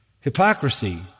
hypocrisy